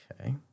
Okay